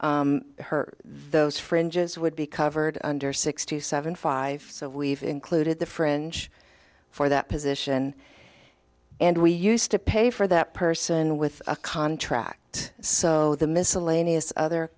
appointment her those fringes would be covered under sixty seven five so we've included the french for that position and we used to pay for that person with a contract so the miscellaneous other